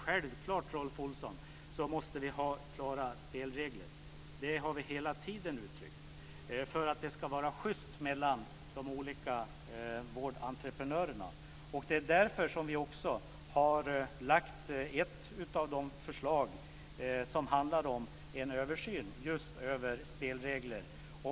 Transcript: Självklart måste vi, Rolf Olsson, ha klara spelregler - det har vi hela tiden uttryckt - för att det ska vara schyst mellan de olika vårdentreprenörerna. Det är också därför som vi har lagt fram ett förslag som just handlar om en översyn av spelregler.